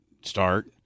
start